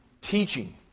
teaching